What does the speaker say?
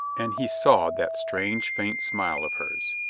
and he saw that strange faint smile of hers.